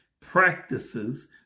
practices